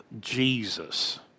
Jesus